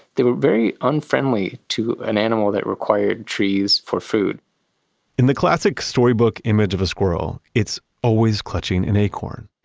they were very unfriendly to an animal that required trees for food in the classic storybook image of a squirrel, it's always clutching an acorn.